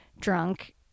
drunk